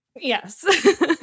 Yes